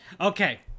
Okay